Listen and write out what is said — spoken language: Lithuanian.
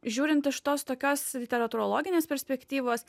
žiūrint iš tos tokios literatūrologinės perspektyvos